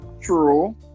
True